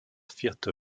vierte